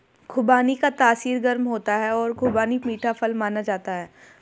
खुबानी का तासीर गर्म होता है और खुबानी मीठा फल माना जाता है